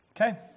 Okay